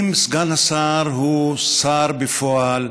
אם סגן השר הוא שר בפועל,